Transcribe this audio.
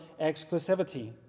exclusivity